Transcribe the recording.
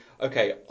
okay